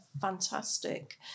fantastic